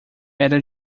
era